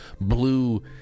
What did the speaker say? blue